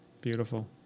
Beautiful